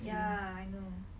ya I know